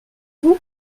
vous